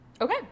Okay